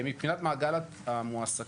מבחינת מעגל המועסקים,